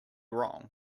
wrong